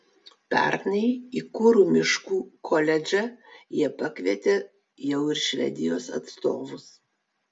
pernai į kuru miškų koledžą jie pakvietė jau ir švedijos atstovus